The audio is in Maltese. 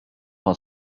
għal